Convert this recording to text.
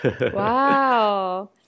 Wow